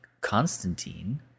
Constantine